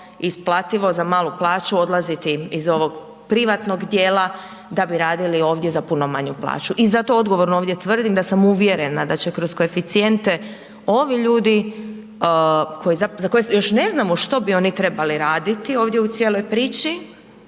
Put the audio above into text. isplativo za malu plaću odlaziti iz ovog privatnog dijela da bi radili ovdje za puno manju plaću. I zato odgovorno ovdje tvrdim da sam uvjerena da će kroz koeficijente ovi ljudi za koje još ne znamo što bi oni trebali raditi ovdje u cijeloj priči,